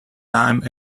time